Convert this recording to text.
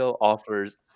offers